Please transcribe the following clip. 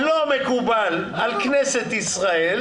-- לא מקובל על כנסת ישראל.